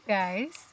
Guys